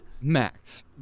Max